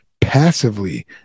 passively